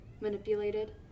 manipulated